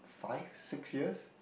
five six years